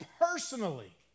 personally